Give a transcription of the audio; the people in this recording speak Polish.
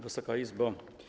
Wysoka Izbo!